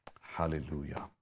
Hallelujah